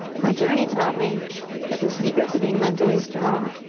my journey taught me that the secret to being mentally strong,